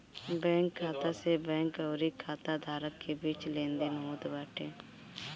bank खाता से bank अउरी खाता धारक के बीच लेनदेन होत बाटे